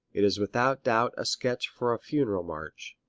it is without doubt a sketch for a funeral march,